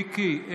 מיקי,